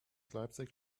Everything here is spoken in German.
leipzig